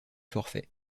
forfait